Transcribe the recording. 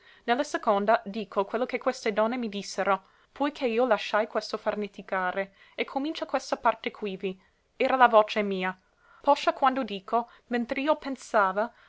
la seconda dico quello che queste donne mi dissero poi che io lasciai questo farneticare e comincia questa parte quivi era la voce mia poscia quando dico mentr'io pensava